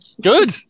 Good